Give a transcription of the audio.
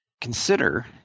Consider